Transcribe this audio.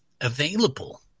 available